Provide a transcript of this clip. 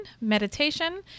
meditation